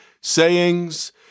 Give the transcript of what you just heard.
sayings